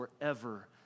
forever